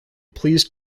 pleased